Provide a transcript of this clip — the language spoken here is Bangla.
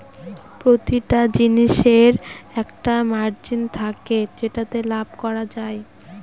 প্রতিটা জিনিসের একটা মার্জিন থাকে যেটাতে লাভ করা যায়